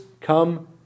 come